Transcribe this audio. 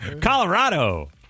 Colorado